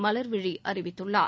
மலர்விழி அறிவித்துள்ளார்